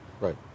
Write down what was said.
right